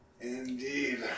indeed